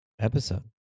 episode